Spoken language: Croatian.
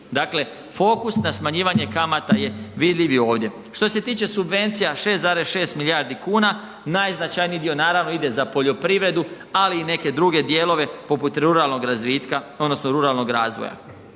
Dakle, fokus na smanjivanje kamata je vidljiv i ovdje. Što se tiče subvencija, 6,6 milijardi kuna, najznačajniji dio naravno, ide za poljoprivredu, ali i neke druge dijelove, poput ruralnog razvitka